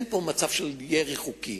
אין פה מצב של ירי חוקי.